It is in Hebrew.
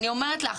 אני אומרת לך